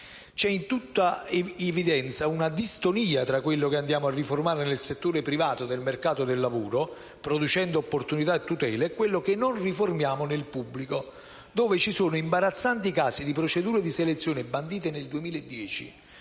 C'è, in tutta evidenza, una distonia fra quello che andiamo a riformare nel settore privato del mercato del lavoro, producendo opportunità e tutele, e quello che non riformiamo nel pubblico, dove ci sono imbarazzanti casi di procedure di selezione bandite nel 2010,